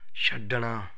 ਛੱਡਣਾ